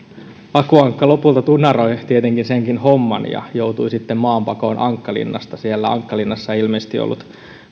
aku ankka lopulta tunaroi tietenkin senkin homman ja joutui sitten maanpakoon ankkalinnasta siellä ankkalinnassa ei ilmeisesti ollut